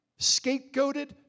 scapegoated